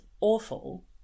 awful